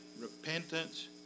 repentance